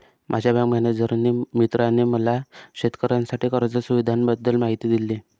माझ्या bank manager मित्राने मला शेतकऱ्यांसाठी कर्ज सुविधांबद्दल माहिती दिली